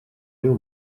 heel